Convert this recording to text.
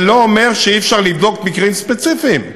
זה לא אומר שאי-אפשר לבדוק מקרים ספציפיים,